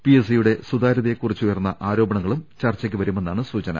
PA സ്സിയുടെ സുതാര്യതയെക്കുറിച്ചുയർന്ന ആരോപണങ്ങളും ചർച്ചക്കു വരുമെന്നാണ് സൂചന